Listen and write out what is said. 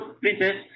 princess